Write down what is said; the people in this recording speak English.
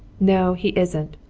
no, he isn't,